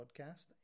podcast